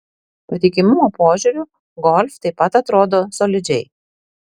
patikimumo požiūriu golf taip pat atrodo solidžiai